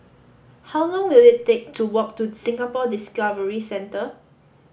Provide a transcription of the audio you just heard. how long will it take to walk to Singapore Discovery Centre